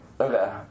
Okay